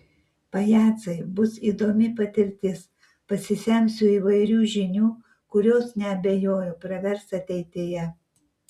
pajacai bus įdomi patirtis pasisemsiu įvairių žinių kurios neabejoju pravers ateityje